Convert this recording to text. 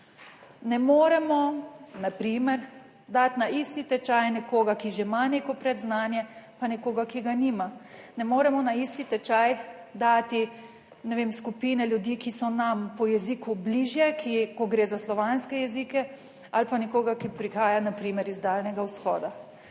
Ne moremo na primer dati na isti tečaj nekoga, ki že ima neko predznanje, pa nekoga, ki ga nima. Ne moremo na isti tečaj dati, ne vem, skupine ljudi, ki so nam po jeziku bližje, ko gre za slovanske jezike ali pa nekoga, ki prihaja na primer iz Daljnega vzhoda.